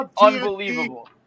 Unbelievable